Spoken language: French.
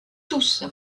tous